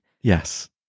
yes